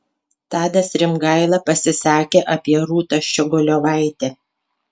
tadas rimgaila pasisakė apie rūtą ščiogolevaitę